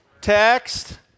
Text